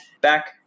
back